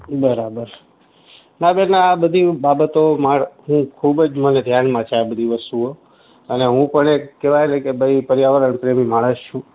બરાબર ના બેન ના બધી બાબતોમાં હું ખૂબ જ મને ધ્યાનમાં છે આ બધી વસ્તુઓ અને હું પણ કહેવાય ને કે ભાઇ પર્યાવરણ પ્રેમી માણસ છું